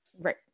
right